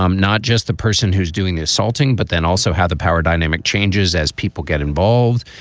um not just the person who's doing the assaulting, but then also how the power dynamic changes as people get involved.